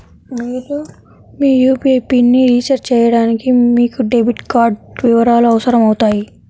మీరు మీ యూ.పీ.ఐ పిన్ని రీసెట్ చేయడానికి మీకు డెబిట్ కార్డ్ వివరాలు అవసరమవుతాయి